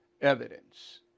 evidence